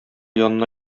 янына